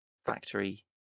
factory